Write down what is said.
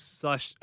slash